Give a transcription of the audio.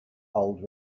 old